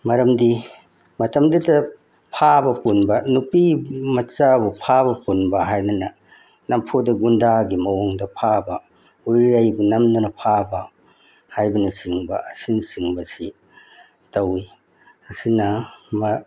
ꯃꯔꯝꯗꯤ ꯃꯇꯝꯗꯨ ꯐꯥꯕ ꯄꯨꯟꯕ ꯅꯨꯄꯤ ꯃꯆꯥꯕꯨ ꯐꯥꯕ ꯄꯨꯟꯕ ꯍꯥꯏꯗꯅ ꯅꯝꯐꯨꯗ ꯒꯨꯟꯗꯥꯒꯤ ꯃꯑꯣꯡꯗ ꯐꯥꯕ ꯎꯔꯤꯔꯩꯕꯨ ꯅꯝꯗꯅ ꯐꯥꯕ ꯍꯥꯏꯕꯅꯆꯤꯡꯕ ꯑꯁꯤꯅꯆꯤꯡꯕꯁꯤ ꯇꯧꯋꯤ ꯑꯁꯤꯅ